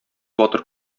батыр